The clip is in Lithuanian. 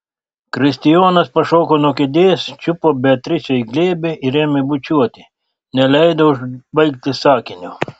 kristijonas pašoko nuo kėdės čiupo beatričę į glėbį ir ėmė bučiuoti neleido užbaigti sakinio